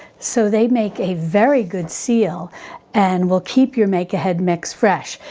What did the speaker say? so they make a very good seal and will keep your make ahead mix fresh.